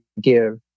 give